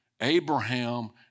Abraham